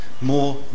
more